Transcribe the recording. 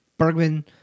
Bergman